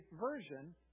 version